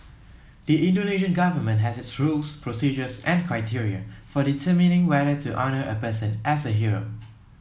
the Indonesian government has its rules procedures and criteria for determining whether to honour a person as a hero